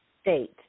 state